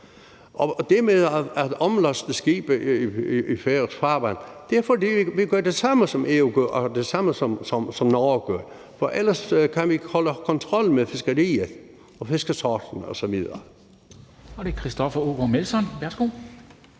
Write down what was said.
Og det med at omlaste skibe i færøsk farvand sker, fordi vi gør det samme, som EU gør, og det samme, som Norge gør. For ellers kan vi ikke holde kontrol med fiskeriet og fiskesorten osv.